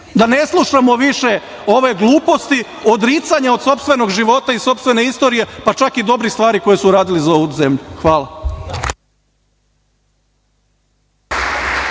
da ne slušamo više ove gluposti, odricanje od sopstvenog života i sopstvene istorije, pa čak i dobrih stvari koje su uradili za ovu zemlju. Hvala.